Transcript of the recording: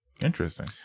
Interesting